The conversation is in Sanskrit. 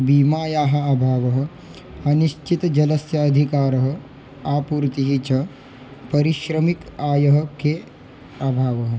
बीमायाः अभावः अनिश्चितं जलस्य अधिकारः आपूर्तिः च परिश्रमिकः आयः के अभावः